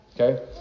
Okay